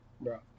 bro